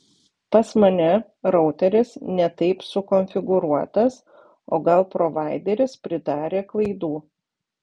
pas mane routeris ne taip sukonfiguruotas o gal provaideris pridarė klaidų